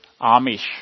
Amish